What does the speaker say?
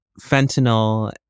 fentanyl